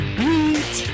beat